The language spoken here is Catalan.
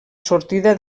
sortida